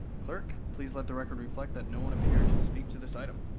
clerk, please let the record reflect that no one appeared to speak to this item.